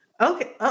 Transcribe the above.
Okay